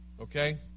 Okay